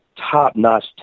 top-notch